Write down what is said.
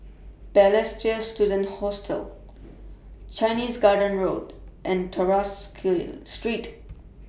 Balestier Student Hostel Chinese Garden Road and Tras Street